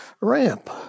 ramp